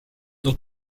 dans